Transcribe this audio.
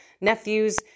nephews